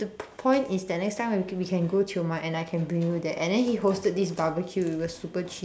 point is that next time when we can go Tioman and I can bring you there and then he hosted this barbeque it was super cheap